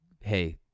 hey